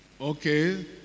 Okay